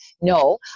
no